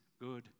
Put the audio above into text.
good